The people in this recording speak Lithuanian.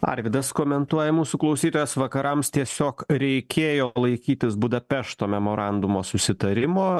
arvydas komentuoja mūsų klausytojas vakarams tiesiog reikėjo laikytis budapešto memorandumo susitarimo